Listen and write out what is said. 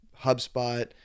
HubSpot